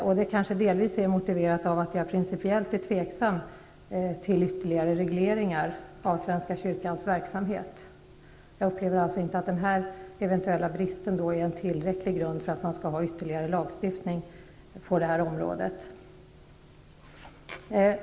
Det är kanske också delvis motiverat av att jag principiellt är tveksam till ytterligare regleringar av svenska kyrkans verksamhet. Jag tycker alltså inte att den eventuella bristen är tillräcklig grund för en ytterligare lagstiftning på det här området.